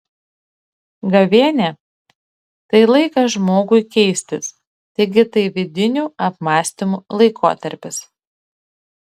gavėnia tai laikas žmogui keistis taigi tai vidinių apmąstymų laikotarpis